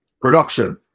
production